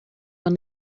when